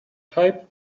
type